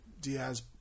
Diaz